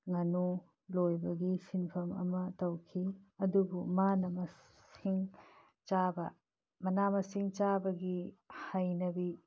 ꯉꯥꯅꯨ ꯂꯣꯏꯕꯒꯤ ꯁꯤꯟꯐꯝ ꯑꯃ ꯇꯧꯈꯤ ꯑꯗꯕꯨ ꯃꯅꯥ ꯃꯁꯤꯡ ꯆꯥꯕ ꯃꯅꯥ ꯃꯁꯤꯡ ꯆꯥꯕꯒꯤ ꯍꯩꯅꯕꯤ